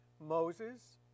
Moses